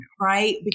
right